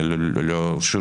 שוב,